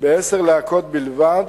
בעשר להקות בלבד,